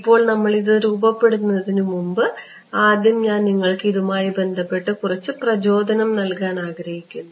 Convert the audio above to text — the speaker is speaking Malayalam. ഇപ്പോൾ നമ്മൾ ഇത് രൂപപ്പെടുത്തുന്നതിനുമുമ്പ് ആദ്യം ഞാൻ നിങ്ങൾക്ക് ഇതുമായി ബന്ധപ്പെട്ട് കുറച്ച് പ്രചോദനം നൽകാൻ ആഗ്രഹിക്കുന്നു